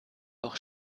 auch